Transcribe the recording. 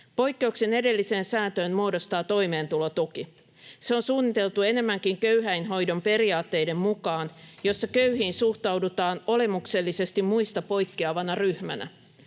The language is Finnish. Poikkeuksen edelliseen sääntöön muodostaa toimeentulotuki. Se on suunniteltu enemmänkin köyhäinhoidon periaatteiden mukaan, joissa köyhiin suhtaudutaan olemuksellisesti muista poikkeavana ryhmänä.